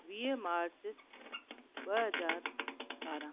वीह मार्च ॿ हज़ार ॿारहं